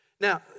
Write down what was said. Now